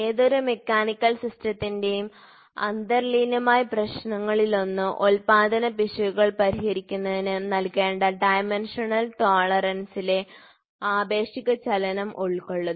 ഏതൊരു മെക്കാനിക്കൽ സിസ്റ്റത്തിന്റെയും അന്തർലീനമായ പ്രശ്നങ്ങളിലൊന്ന് ഉൽപ്പാദന പിശകുകൾ പരിഹരിക്കുന്നതിന് നൽകേണ്ട ഡൈമെൻഷണൽ ടോളറൻസിലെ ആപേക്ഷിക ചലനം ഉൾക്കൊള്ളുന്നു